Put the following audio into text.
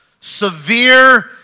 severe